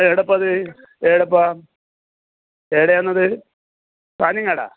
എവിടെയാണ് ഇപ്പോഴത് എവിടെയാണത് എവിടെയാണത് കാഞ്ഞങ്ങാടാണോ